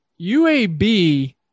UAB